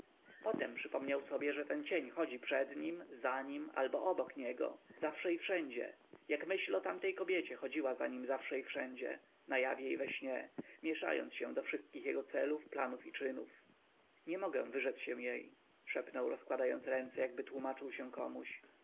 potem przypomniał sobie że ten cień chodzi przed nim za nim albo obok niego zawsze i wszędzie jak myśl o tamtej kobiecie chodziła za nim wszędzie i zawsze na jawie i we śnie mięszając się do wszystkich jego celów planów i czynów nie mogę wyrzec się jej szepnął rozkładając ręce jakby tłomaczył się komuś